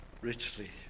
richly